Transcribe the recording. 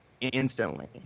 instantly